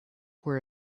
were